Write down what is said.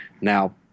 Now